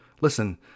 Listen